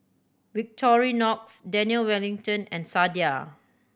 Victorinox Daniel Wellington and Sadia